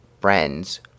friends